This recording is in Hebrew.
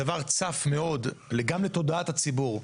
הדבר צף מאוד גם לתודעת הציבור,